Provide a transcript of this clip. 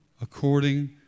according